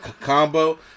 combo